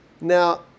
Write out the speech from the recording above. Now